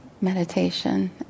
meditation